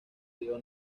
río